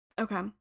Okay